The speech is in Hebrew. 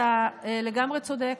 אתה לגמרי צודק.